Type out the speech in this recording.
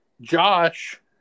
Josh